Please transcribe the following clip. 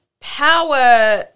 power